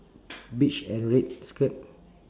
beige and red skirt